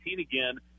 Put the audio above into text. again